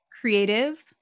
creative